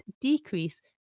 decrease